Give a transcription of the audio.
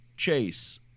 Chase